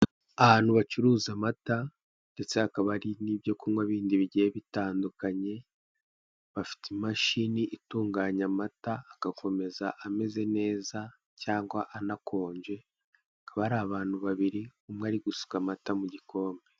Ahantu bacuruza amata, ndetse habaka hari n'ibyo kunywa bindi bigiye bitandukanye, bafite imashini itunganya amata, agakomeza ameze neza cyangwa anakonje, hakaba hari abantu babiri bari gusuka amata mu gikombe.